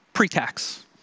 pre-tax